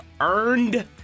earned –